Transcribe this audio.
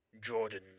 Jordan